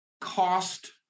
cost